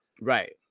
right